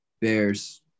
Bears